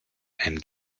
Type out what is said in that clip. and